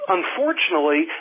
Unfortunately